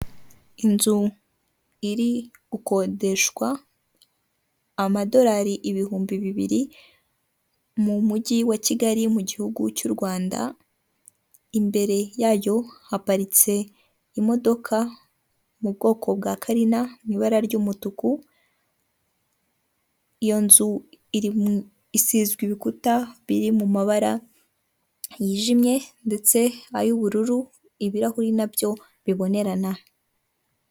Inzu iri gukodeshwa amadolari ibihumbi bibiri mu mujyi wa Kigali mu gihugu cy'u Rwanda imbere yayo haparitse imodoka mu bwoko bwa karina mu ibara ry'umutuku, iyo nzu isizwe ibikuta biri mu mabara yijimye ndetse ay'ubururu ibirahuri na byo bibonerana.